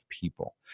people